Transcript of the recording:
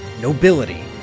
nobility